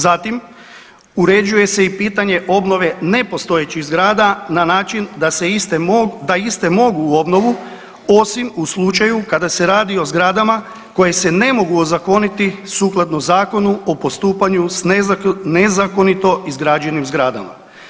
Zatim uređuje se i pitanje obnove nepostojećih zgrada na način da iste mogu u obnovu osim u slučaju kada se radi o zgradama koje se ne mogu ozakoniti sukladno Zakonu o postupanju s nezakonito izgrađenim zgradama.